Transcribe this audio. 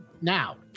now